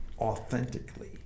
authentically